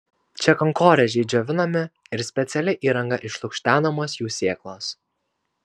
čia kankorėžiai džiovinami ir specialia įranga išlukštenamos jų sėklos